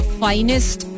finest